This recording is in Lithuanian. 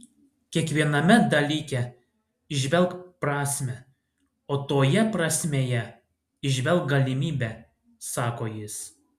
kiekviename dalyke įžvelk prasmę o toje prasmėje įžvelk galimybę sako jis